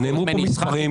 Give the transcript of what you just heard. נאמרו פה מספרים,